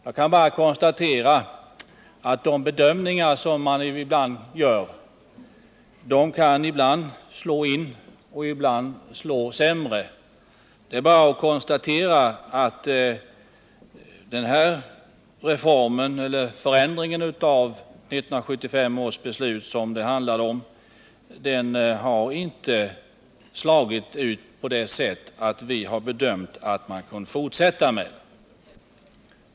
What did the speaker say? Jag kan bara konstatera att de bedömningar som görs ibland slår in, ibland går snett. Förändringen av 1975 års beslut har inte utfallit på sådant sätt att vi bedömt det meningsfullt att fortsätta på den linjen.